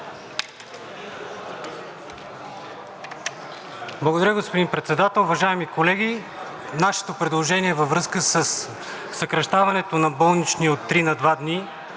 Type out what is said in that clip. Благодаря, господин Председател. Уважаеми колеги, нашето предложение във връзка със съкращаването на болничния от три на два дни,